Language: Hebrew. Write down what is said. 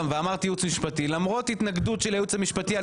ואמרת ייעוץ משפטי למרות התנגדות של הייעוץ המשפטי על